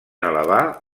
elevar